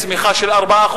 צמיחה של 4%,